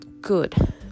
good